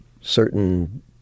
certain